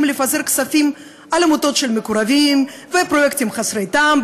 לפזר כספים על עמותות של מקורבים ופרויקטים חסרי טעם,